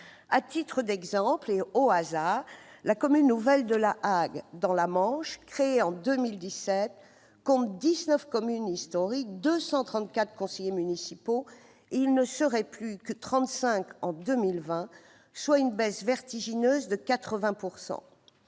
À titre d'exemple, la commune nouvelle de La Hague, dans la Manche, créée en 2017, compte 19 communes historiques et 234 conseillers municipaux. Ils ne seraient plus que 35 en 2020, soit une baisse vertigineuse de 80 %.